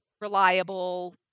reliable